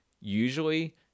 usually